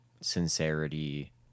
sincerity